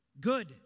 Good